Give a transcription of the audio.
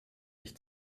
ich